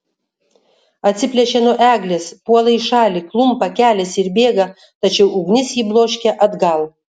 atsiplėšia nuo eglės puola į šalį klumpa keliasi ir bėga tačiau ugnis jį bloškia atgal